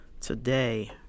Today